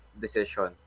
decision